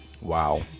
wow